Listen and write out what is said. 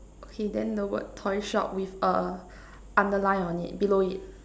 okay then the word toy shop with a underline on it below it